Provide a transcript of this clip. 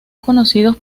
conocidos